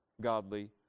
godly